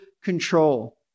control